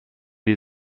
die